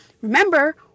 Remember